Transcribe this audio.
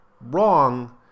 wrong